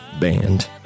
Band